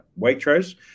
Waitrose